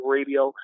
Radio